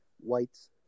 whites